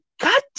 god